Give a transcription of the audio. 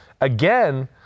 again